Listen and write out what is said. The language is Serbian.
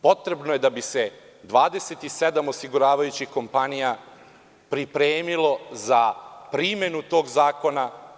Potrebno je da bi se 27 osiguravajućih kompanija pripremilo za primenu tog zakona.